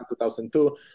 2002